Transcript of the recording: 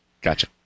Gotcha